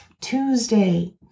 Tuesday